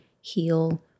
heal